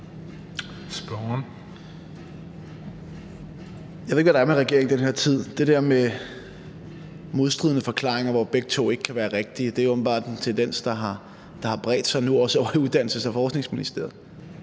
Jeg ved ikke, hvad der er med regeringen i den her tid. Det der med modstridende forklaringer, hvor begge to ikke kan være rigtige, er åbenbart en tendens, der har bredt sig – nu også ovre i Uddannelses- og Forskningsministeriet.